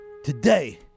Today